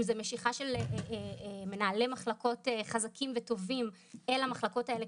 אם זה משיכה של מנהלי מחלקות חזקים וטובים אל המחלקות האלה,